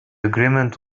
agreement